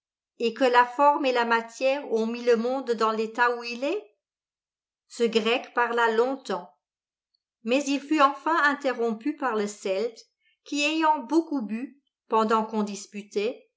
et que la forme et la matière ont mis le monde dans l'état où il est ce grec parla long-temps mais il fut enfin interrompu par le celte qui ayant beaucoup bu pendant qu'on disputait